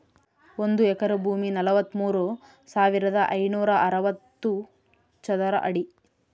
ಒಂದು ಎಕರೆ ಭೂಮಿ ನಲವತ್ಮೂರು ಸಾವಿರದ ಐನೂರ ಅರವತ್ತು ಚದರ ಅಡಿ